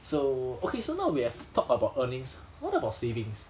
so okay so now we have talked about earnings what about savings